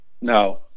No